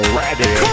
ready